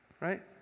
Right